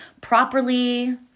properly